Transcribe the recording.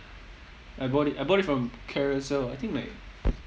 I bought it I bought it from carousell I think like